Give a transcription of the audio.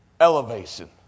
elevation